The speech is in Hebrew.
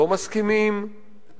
לא מסכימים,